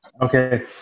Okay